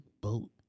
boat